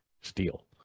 steel